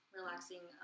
Relaxing